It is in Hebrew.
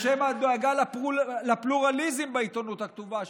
ובשם הדאגה לפלורליזם בעיתונות הכתובה,